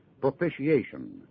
propitiation